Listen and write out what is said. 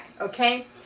okay